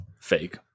Fake